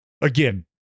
again